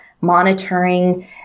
monitoring